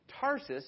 Tarsus